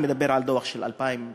אני מדבר על דוח של 2013,